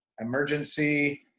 emergency